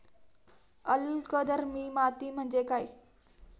अल्कधर्मी माती म्हणजे काय?